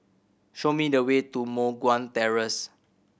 show me the way to Moh Guan Terrace